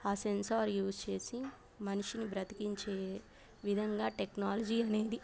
ఆ sensor use చేసి మనిషిని బ్రతికించే విధంగా టెక్నాలజీ అనేది